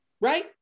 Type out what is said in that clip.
right